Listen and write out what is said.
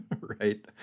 Right